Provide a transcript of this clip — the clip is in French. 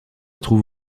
trouve